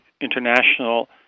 international